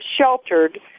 sheltered